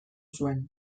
zuen